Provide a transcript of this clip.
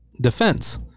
defense